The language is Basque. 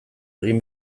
egin